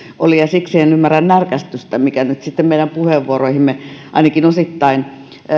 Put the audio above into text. oli enkä siksi ymmärrä närkästystä mikä nyt sitten meidän puheenvuoroihimme ainakin osittain